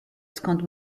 skąd